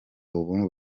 ubu